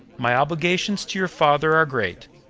my obligations to your father are great.